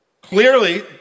Clearly